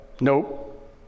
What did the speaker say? Nope